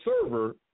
server